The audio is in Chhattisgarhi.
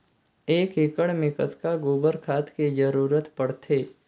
एक एकड़ मे कतका गोबर खाद के जरूरत पड़थे?